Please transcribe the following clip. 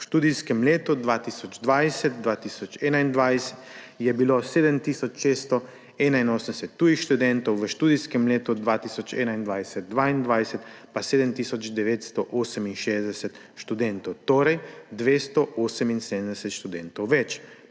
V študijskem letu 2020/2021 je bilo 7 tisoč 681 tujih študentov, v študijskem letu 2021/2022 pa 7 tisoč 968 študentov, torej 287 študentov več.